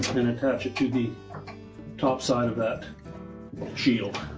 and attach it to the top side of that shield.